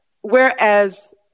Whereas